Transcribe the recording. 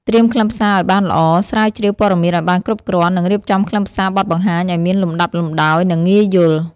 ត្រៀមខ្លឹមសារឱ្យបានល្អ ស្រាវជ្រាវព័ត៌មានឱ្យបានគ្រប់គ្រាន់ និងរៀបចំខ្លឹមសារបទបង្ហាញឱ្យមានលំដាប់លំដោយ និងងាយយល់។